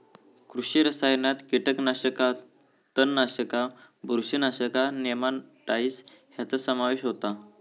कृषी रसायनात कीटकनाशका, तणनाशका, बुरशीनाशका, नेमाटाइड्स ह्यांचो समावेश होता